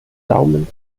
daumen